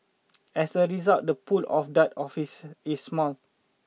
as a result the pool of dart officers is small